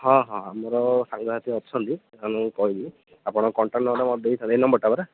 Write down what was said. ହଁ ହଁ ଆମର ସାଙ୍ଗସାଥି ଅଛନ୍ତି ଆଉ ମୁଁ କହିବି ଆପଣଙ୍କ କଣ୍ଟାକ୍ଟ ନମ୍ୱର୍ଟା ମୋତେ ଦେଇଥାନ୍ତୁ ଏଇ ନମ୍ୱରଟା ପରା